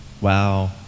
Wow